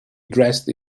dressed